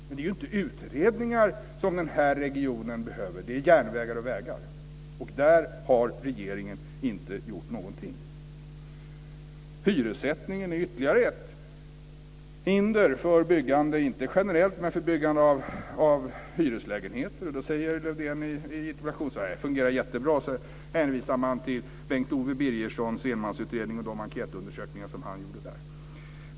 Men det är inte utredningar som den här regionen behöver. Det är järnvägar och vägar. Och där har regeringen inte gjort någonting. Hyressättningen är ytterligare ett hinder för byggande - inte generellt men för byggande av hyreslägenheter. Då säger Lövdén i sitt interpellationssvar att det fungerar jättebra. Så hänvisar han till Bengt Owe Birgerssons enmansutredning och de enkätundersökningar som han gjorde i den.